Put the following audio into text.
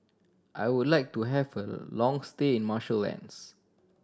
I would like to have a long stay in Marshall Islands